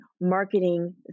marketing